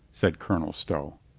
said colonel stow.